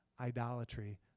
idolatry